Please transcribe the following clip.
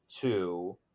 two